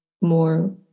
more